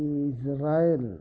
Israel